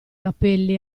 capelli